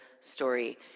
story